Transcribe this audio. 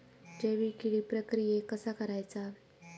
जैविक कीड प्रक्रियेक कसा करायचा?